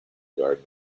garden